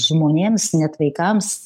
žmonėms net vaikams